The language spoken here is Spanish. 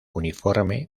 uniforme